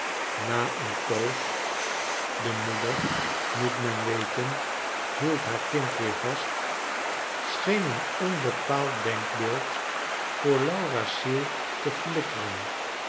na een poos de moeder moet men weten hield haar kind weer vast scheen een onbepaald denkbeeld voor laura's ziel te flikkeren